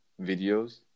videos